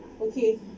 Okay